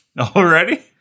Already